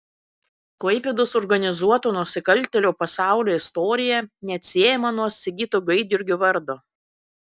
klaipėdos organizuotų nusikaltėlių pasaulio istorija neatsiejama nuo sigito gaidjurgio vardo